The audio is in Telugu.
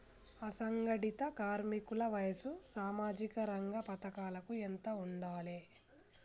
అసంఘటిత కార్మికుల వయసు సామాజిక రంగ పథకాలకు ఎంత ఉండాలే?